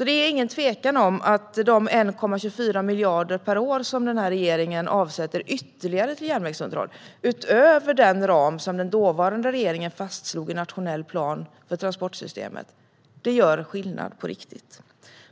Det råder ingen tvekan om att de 1,24 miljarder per år som regeringen avsätter ytterligare till järnvägsunderhåll - utöver den ram som den dåvarande regeringen fastslog i nationell plan för transportsystemet - gör skillnad på riktigt.